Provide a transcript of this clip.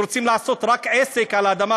שרוצים לעשות רק עסק על האדמה,